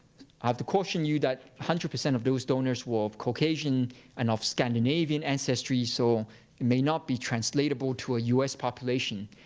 i have to caution you that one hundred percent of those donors were of caucasian and of scandinavian ancestry, so it may not be translatable to a u s. population.